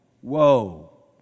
Whoa